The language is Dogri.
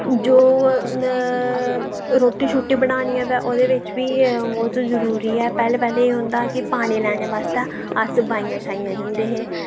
जो रुट्टी शुट्टी बनानी होऐ ओह्दे बिच बी बहुत जरुरी ऐ पै्ह्लें पैह्लें एह् होंदा हा कि पानी लेने आस्तै अस बाइयां शाइयां जंदे हे